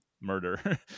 murder